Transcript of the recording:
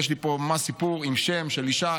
יש לי פה ממש סיפור עם שם של אישה,